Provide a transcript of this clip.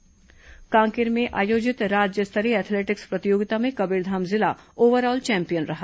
athletics प्रतियोगिता कांकेर में आयोजित राज्य स्तरीय एथलेटिक्स प्रतियोगिता में कबीरधाम जिला ओवरऑल चैंपियन रहा